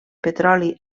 petroli